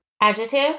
Adjective